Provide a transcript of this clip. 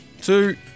Two